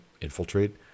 infiltrate